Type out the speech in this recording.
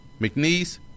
McNeese